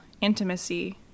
intimacy